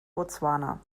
botswana